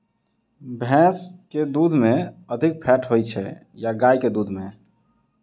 भैंस केँ दुध मे अधिक फैट होइ छैय या गाय केँ दुध में?